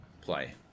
Play